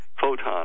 photon